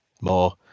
more